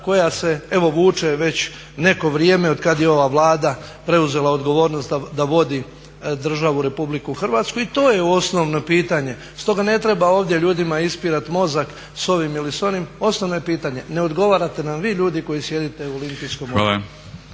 koja se vuče već neko vrijeme od kada je ova Vlada preuzela odgovornost da vodi državu RH i to je osnovno pitanje. Stoga ne treba ljudima ovdje ispirati mozak s ovim ili s onim, osnovno je pitanje, ne odgovarate nam vi ljudi koji sjedite u Olimpijskom odboru.